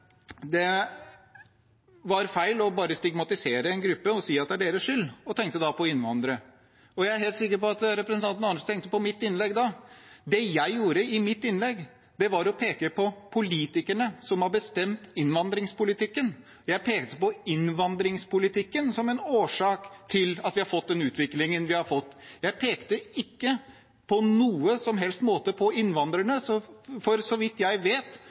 det er deres skyld, og hun tenkte da på innvandrere. Jeg er helt sikker på at representanten Andersen tenkte på mitt innlegg da. Det jeg gjorde i mitt innlegg, var å peke på politikerne som har bestemt innvandringspolitikken. Jeg pekte på innvandringspolitikken som en årsak til at vi har fått den utviklingen vi har fått. Jeg pekte ikke på noen som helst måte på innvandrerne, for så vidt jeg vet,